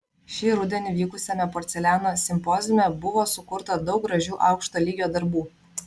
šį rudenį vykusiame porceliano simpoziume buvo sukurta daug gražių aukšto lygio darbų